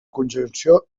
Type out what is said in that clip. conjunció